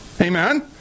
Amen